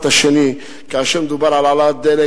את השני: כאשר מדובר על העלאת דלק,